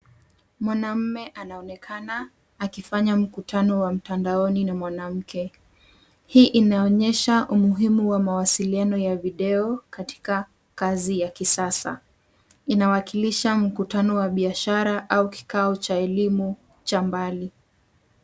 Mwanaume anaonekana akifanya mkutano wa mtandaoni na mwanamke. Hii inaonyesha umuhimu wa mawasiliano ya video katika kazi ya kisasa. Inawakilisha mkutano wa biashara au kikao cha elimu cha mbali.